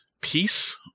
Peace